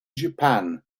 japan